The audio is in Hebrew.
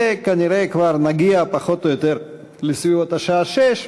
וכנראה כבר נגיע פחות או יותר לסביבות השעה 18:00,